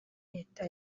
leta